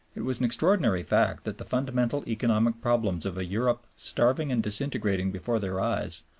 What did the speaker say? it is an extraordinary fact that the fundamental economic problems of a europe starving and disintegrating before their eyes,